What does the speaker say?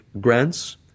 grants